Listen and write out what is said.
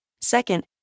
Second